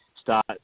start